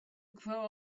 grow